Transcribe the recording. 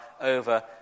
over